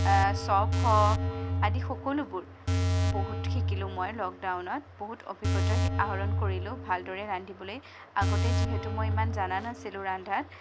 চপ হওঁক আদি সকলোবোৰ বহুত শিকিলোঁ মই লকডাউনত বহুত অভিজ্ঞতা আহৰণ কৰিলোঁ ভালদৰে ৰান্ধিবলৈ আগতে যিহেতু মই ইমান জনা নাছিলোঁ ৰন্ধা